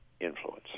influence